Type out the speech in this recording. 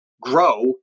grow